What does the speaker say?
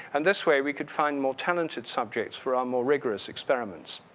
and this way, we could find more talented subjects for our more rigorous experiments.